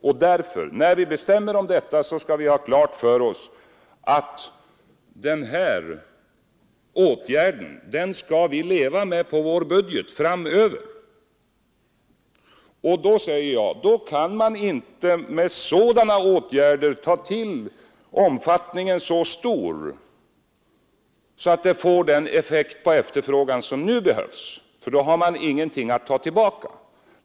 När vi fattar beslut om detta skall vi därför ha klart för oss att vi skall leva med dessa åtgärder på vår budget framöver. Av den anledningen kan man inte ge dessa åtgärder en sådan omfattning att de får den effekt på efterfrågan som nu behövs; då har man ingenting att ta tillbaka sedan.